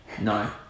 No